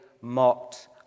mocked